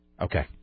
Okay